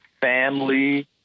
family